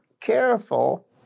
careful